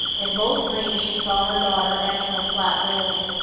in both dreams she saw her daughter enter a flat building.